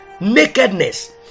nakedness